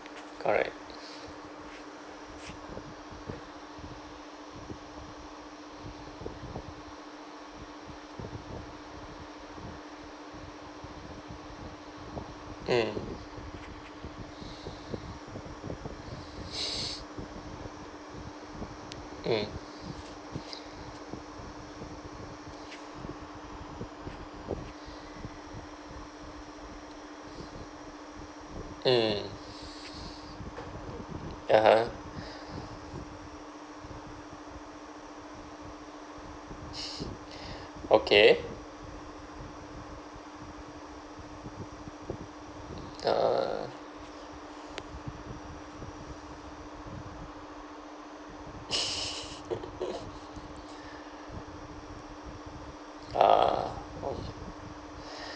correct mm mm mm (uh huh) okay err ah